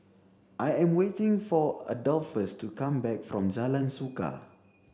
I am waiting for Adolphus to come back from Jalan Suka